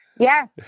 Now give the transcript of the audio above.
Yes